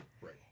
Right